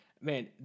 man